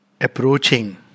approaching